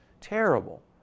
terrible